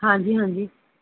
ਹਾਂਜੀ ਹਾਂਜੀ